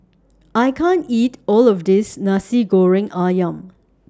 I can't eat All of This Nasi Goreng Ayam